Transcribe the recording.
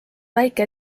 väike